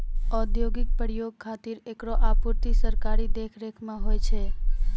औद्योगिक प्रयोग खातिर एकरो आपूर्ति सरकारी देखरेख म होय छै